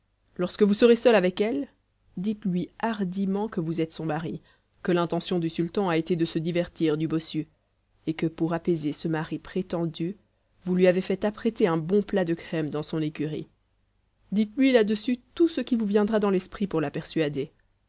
lorsque vous serez seul avec elle dites-lui hardiment que vous êtes son mari que l'intention du sultan a été de se divertir du bossu et que pour apaiser ce mari prétendu vous lui avez fait apprêter un bon plat de crème dans son écurie dites-lui là-dessus tout ce qui vous viendra dans l'esprit pour la persuader